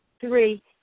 Three